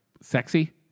sexy